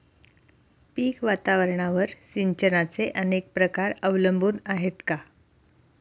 पीक वातावरणावर सिंचनाचे अनेक प्रकार अवलंबून आहेत का?